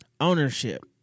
ownership